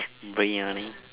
briyani